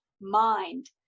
mind